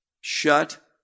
Shut